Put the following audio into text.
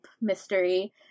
mystery